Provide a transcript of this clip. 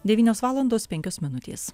devynios valandos penkios minutės